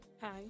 Hi